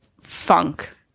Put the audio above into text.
funk